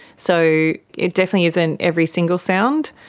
so it definitely isn't every single sound,